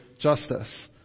justice